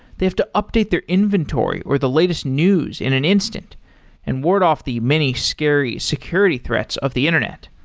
they have to update their inventory or the latest news in an instant and ward off the many scary security threats of the internet.